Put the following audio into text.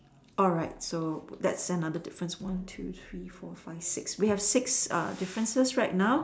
alright so that's another difference one two three four five six we have six uh differences right now